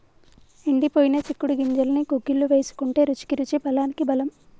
ఎండిపోయిన చిక్కుడు గింజల్ని గుగ్గిళ్లు వేసుకుంటే రుచికి రుచి బలానికి బలం